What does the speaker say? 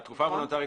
התקופה הוולונטרית,